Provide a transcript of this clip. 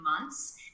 months